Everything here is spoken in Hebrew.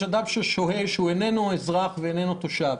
יש אדם ששוהה, שהוא איננו אזרח ואיננו תושב.